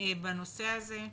בנושא הזה.